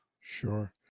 Sure